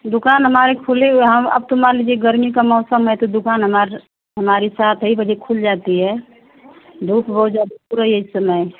दुकान हमारे खुले हुए हैं हम अब तो मान लीजिए गरमी का मौसम है तो दुकान हमार हमारी सात ही बजे खुल जाती है धूप हो जा पूरा इस समय